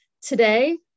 Today